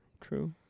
True